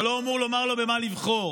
אתה לא אמור לומר לו במה לבחור.